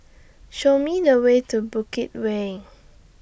Show Me The Way to Bukit Way